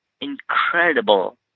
incredible